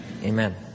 amen